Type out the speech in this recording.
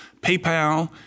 PayPal